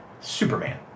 Superman